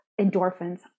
endorphins